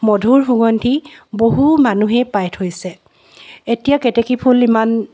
মধুৰ সুগন্ধি বহু মানুহেই পাই থৈছে এতিয়া কেতেকী ফুল ইমান